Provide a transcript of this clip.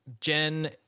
Jen